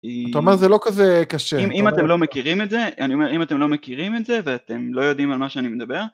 אתה אומר זה לא כזה קשה, אם אתם לא מכירים את זה ואתם לא יודעים על מה שאני מדבר.